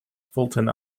fulton